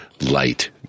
light